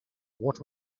what